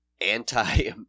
anti